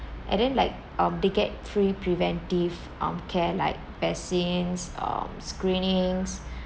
and then like um they get free preventive um care like vaccines um screenings